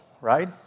right